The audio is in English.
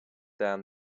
down